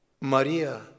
Maria